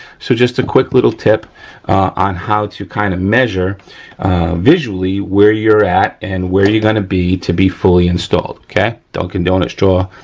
so, just a quick little tip on how to kind of measure visually where you're at and where you're gonna be to be fully installed, okay, dunkin donut straw,